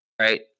right